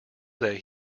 that